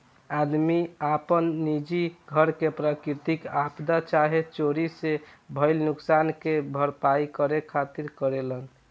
आदमी आपन निजी घर के प्राकृतिक आपदा चाहे चोरी से भईल नुकसान के भरपाया करे खातिर करेलेन